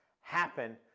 happen